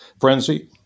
frenzy